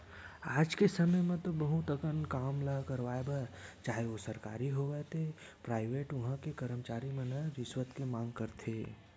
आज के समे म तो बहुत अकन काम ल करवाय बर चाहे ओ सरकारी होवय ते पराइवेट उहां के करमचारी मन रिस्वत के मांग करथे